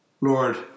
Lord